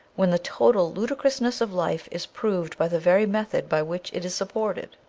when the total ludicrousness of life is proved by the very method by which it is supported?